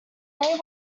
they